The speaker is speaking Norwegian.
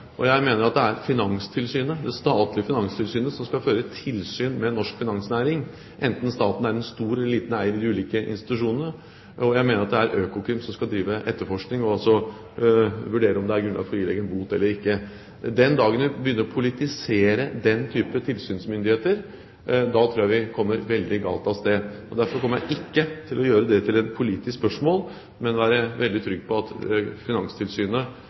Jeg mener at det er det statlige Finanstilsynet som skal føre tilsyn med norsk finansnæring, enten staten er en stor eller en liten eier i de ulike institusjonene, og at det er Økokrim som skal etterforske og også vurdere om det er grunnlag for å ilegge en bot eller ikke. Den dagen vi begynner å politisere den type tilsynsmyndigheter, tror jeg vi kommer veldig galt av sted. Derfor kommer jeg ikke til å gjøre dette til et politisk spørsmål, men være veldig trygg på at Finanstilsynet